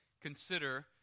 consider